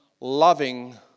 loving